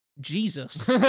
Jesus